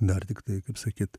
dar tiktai kaip sakyt